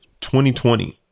2020